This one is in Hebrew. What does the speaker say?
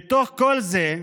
מתוך כל זה,